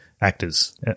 actors